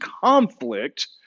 conflict